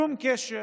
שום קשר,